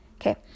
Okay